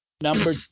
Number